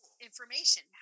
information